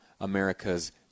America's